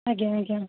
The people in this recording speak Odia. ଆଜ୍ଞା ଆଜ୍ଞା